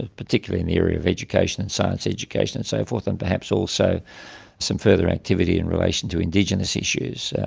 ah particularly in the area of education and science education and so forth, and perhaps also some further activity in relation to indigenous issues.